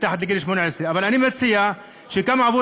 מתחת לגיל 18. אבל אני מציע שגם עבור